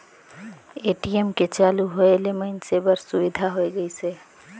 ATM के चालू होय ले मइनसे बर सुबिधा होय गइस हे